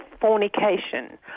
fornication